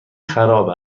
خراب